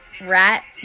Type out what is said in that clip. Rat